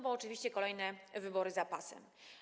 Bo oczywiście kolejne wybory za pasem.